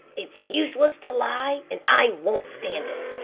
it's useless to lie, and i won't stand it.